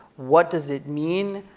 what does it mean,